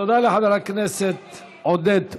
תודה לחבר הכנסת עודד פורר.